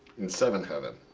in seventh heaven.